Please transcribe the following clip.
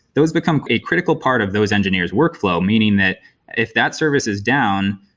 those become a critical part of those engineers' workflow. meaning that if that service is down,